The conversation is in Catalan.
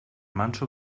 manso